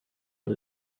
but